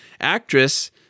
actress